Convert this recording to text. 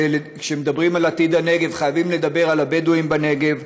כשמדברים על עתיד הנגב חייבים לדבר על הבדואים בנגב.